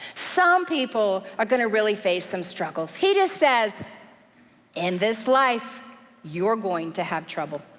some people are gonna really face some struggles. he just says in this life you're going to have trouble.